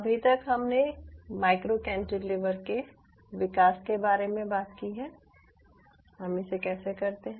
अभी तक हमने माइक्रो कैंटिलीवर के विकास के बारे में बात की है हम इसे कैसे करते हैं